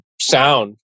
sound